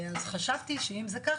אז חשבתי שאם זה ככה,